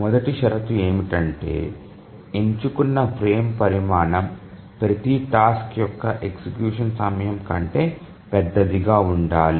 మొదటి షరతు ఏమిటంటే ఎంచుకున్న ఫ్రేమ్ పరిమాణం ప్రతి టాస్క్ యొక్క ఎగ్జిక్యూషన్ సమయం కంటే పెద్దదిగా ఉండాలి